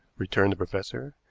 returned the professor,